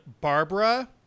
Barbara